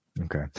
okay